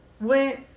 went